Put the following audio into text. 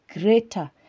greater